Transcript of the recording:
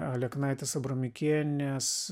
aleknaitės abramikienės